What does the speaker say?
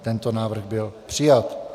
Tento návrh byl přijat.